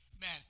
Man